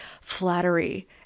flattery